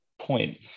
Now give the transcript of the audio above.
point